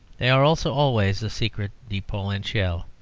they are also always a secret de polichinelle.